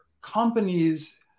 companies